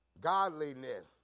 godliness